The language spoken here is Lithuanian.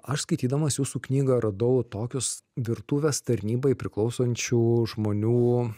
aš skaitydamas jūsų knygą radau tokius virtuvės tarnybai priklausančių žmonių